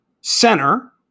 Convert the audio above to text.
center